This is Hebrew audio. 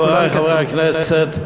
חברי חברי הכנסת,